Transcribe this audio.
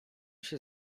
się